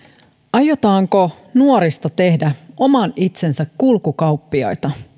aiotaanko nuorista tehdä oman itsensä kulkukauppiaita